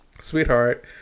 sweetheart